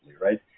right